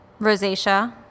rosacea